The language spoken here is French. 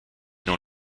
dans